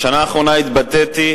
בשנה האחרונה התבטאתי